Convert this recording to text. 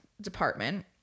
Department